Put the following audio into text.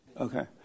Okay